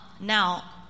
Now